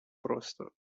просто